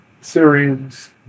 Syrians